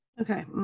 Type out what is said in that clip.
okay